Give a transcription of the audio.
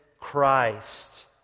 Christ